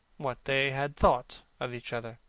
what they had thought of each other.